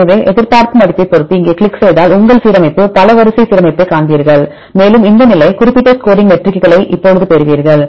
எனவே எதிர்பார்த்து மதிப்பைப் பொருத்து இங்கே கிளிக் செய்தால் உங்கள் சீரமைப்பு பல வரிசை சீரமைப்பைக் காண்பீர்கள் மேலும் இந்த நிலை குறிப்பிட்டஸ்கோரிங் மெட்ரிக்குகளை இப்போது பெறுவீர்கள்